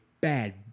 bad